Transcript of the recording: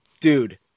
Dude